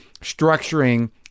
structuring